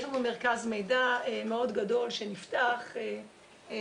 יש לנו מרכז מידע מאוד גדול שנפתח בתקופה